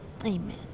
Amen